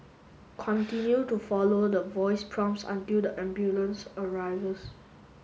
continue to follow the voice prompts until the ambulance arrives